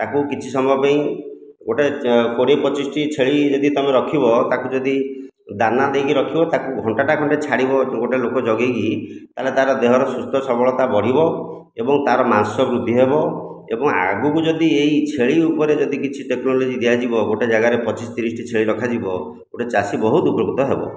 ତାକୁ କିଛି ସମୟ ପାଇଁ ଗୋଟିଏ କୋଡ଼ିଏ ପଚିଶଟି ଛେଳି ଯଦି ତୁମେ ରଖିବ ତାକୁ ଯଦି ଦାନା ଦେଇକି ରଖିବ ତାକୁ ଘଣ୍ଟାଟା ଖଣ୍ଡେ ଛାଡ଼ିବ ଗୋଟିଏ ଲୋକ ଜଗାଇକି ତା'ହେଲେ ତା'ର ଦେହର ସୁସ୍ଥ ସବଳତା ବଢ଼ିବ ଏବଂ ତା'ର ମାଂସ ବୃଦ୍ଧି ହେବ ଏବଂ ଆଗକୁ ଯଦି ଏହି ଛେଳି ଉପରେ ଯଦି କିଛି ଟେକ୍ନୋଲୋଜି ଦିଆଯିବ ଗୋଟିଏ ଯାଗାରେ ପଚିଶ ତିରିଶଟି ଛେଳି ରଖାଯିବ ଗୋଟିଏ ଚାଷୀ ବହୁତ ଉପକୃତ ହେବ